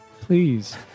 Please